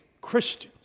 Christians